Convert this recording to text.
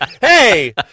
Hey